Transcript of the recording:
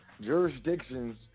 jurisdictions